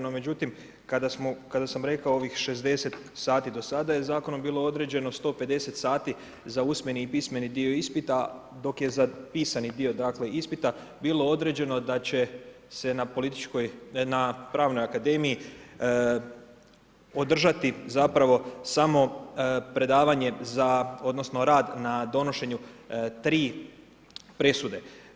No međutim, kada sam rekao ovih 60 sati do sada je zakonom bilo određeno 150 sati za usmeni i pismeni dio ispita dok je za pisani dio dakle ispita bilo određeno da će se na političkoj, na Pravnoj akademiji održati zapravo samo predavanje za, odnosno rad na donošenju tri presude.